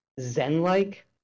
zen-like